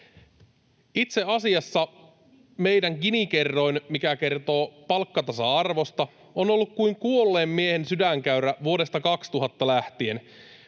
Itse asiassa meidän Gini-kerroin, mikä kertoo palkkatasa-arvosta, on ollut kuin kuolleen miehen sydänkäyrä vuodesta 2000 lähtien.